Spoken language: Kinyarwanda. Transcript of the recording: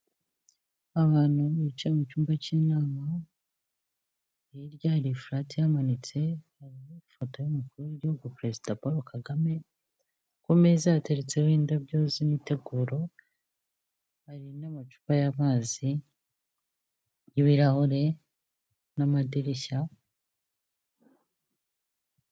Abantu bicaye mu cyumba cy'inama hirya hari irishati ihamanitse hari ifoto y'umukuru w'igihugu perezida Paul Kagame ku meza yateretseho indabyo z'imiteguro hari n'amacupa y'amazi n'ibirahure n'amadirishya.